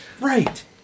Right